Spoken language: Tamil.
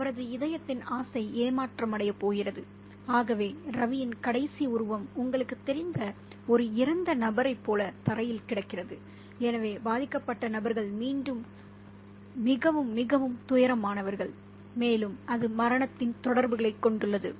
அவரது இதயத்தின் ஆசை ஏமாற்றமடையப் போகிறது ஆகவே ரவியின் கடைசி உருவம் உங்களுக்குத் தெரிந்த ஒரு இறந்த நபரைப் போல தரையில் கிடக்கிறது எனவே பாதிக்கப்பட்ட நபர்கள் மீண்டும் மிகவும் மிகவும் துயரமானவர்கள் மேலும் அது மரணத்தின் தொடர்புகளைக் கொண்டுள்ளது